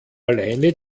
alleine